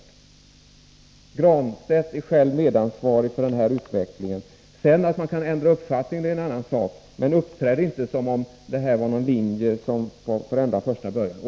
Pär Granstedt är själv medansvarig till den här utvecklingen. Att man kan ändra uppfattning är en sak, men uppträd inte som om det här hade varit er linje från allra första början.